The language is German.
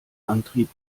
antrieb